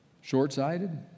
Short-sighted